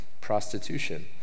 prostitution